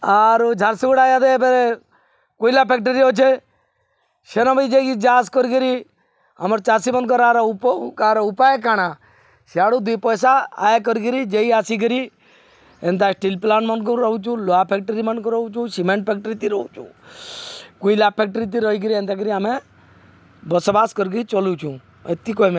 ଆରୁ ଝାରସୁଗୁଡ଼ା ଦ ଏବେ କୁଇଲା ଫ୍ୟାକ୍ଟରୀ ଅଛେ ସେନ ବି ଯାଇକି ଯାଆଆସ୍ କରିକିରି ଆମର ଚାଷୀମାନଙ୍କର ଆର ଆର ଉପାୟ କାଣା ସେଆଡ଼ୁ ଦୁଇ ପଇସା ଆୟ କରିକିରି ଯେଇ ଆସିକିରି ଏନ୍ତା ଷ୍ଟିଲ୍ ପ୍ଲାଣ୍ଟମାନଙ୍କୁ ରହୁଛୁ ଲୁହା ଫ୍ୟାକ୍ଟରୀମାନଙ୍କୁ ରହୁଛୁ ସିମେଣ୍ଟ ଫ୍ୟାକ୍ଟ୍ରି ତି ରହୁଛୁ କୋଇଲା ଫ୍ୟାକ୍ଟ୍ରି ତି ରହିକିରି ଏନ୍ତାକରି ଆମେ ବସବାସ କରିକିରି ଚଲାଉଛୁଁ ଏତିକି କହିମି